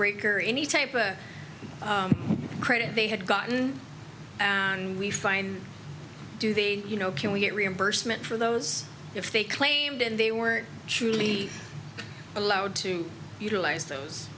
breaker in the taper credit they had gotten and we find do the you know can we get reimbursement for those if they claimed and they were truly allowed to utilize those